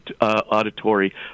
auditory